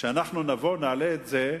שאנחנו נבוא, נעלה את זה,